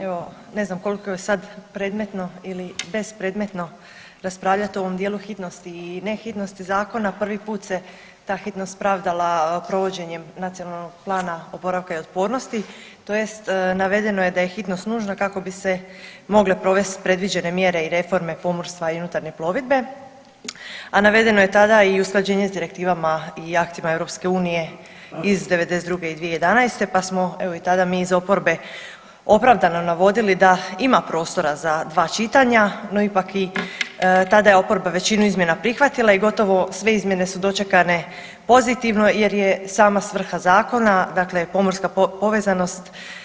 Evo ne znam koliko je sada predmetno ili bespredmetno raspravljati o ovom dijelu hitnosti i ne hitnosti zakona, prvi put se ta hitnost pravdala provođenjem NPOO-a tj. navedeno je da je hitnost nužna kako bi se mogle provesti predviđene mjere i reforme pomorstva i unutarnje plovidbe, a navedeno je tada i usklađenje s direktivama i aktima EU iz '92. i 2011. pa smo evo i tada mi iz oporbe opravdano navodili da ima prostora za dva čitanja, no ipak i tada je oporba većinu izmjena prihvatila i gotovo sve izmjene su dočekane pozitivno jer je sama svrha zakona dakle pomorska povezanost.